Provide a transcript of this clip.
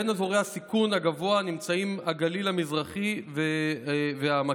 בין האזורים בסיכון גבוה נמצאים הגליל המזרחי והעמקים.